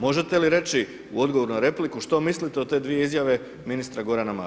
Možete li reći u odgovoru na repliku što mislite o te dvije izjave ministra Gorana Marića.